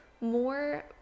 more